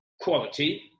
quality